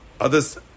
others